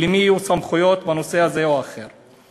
למי יהיו סמכויות בנושא הזה או בנושא האחר.